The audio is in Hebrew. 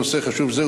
נושא חשוב זה,